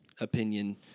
opinion